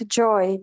joy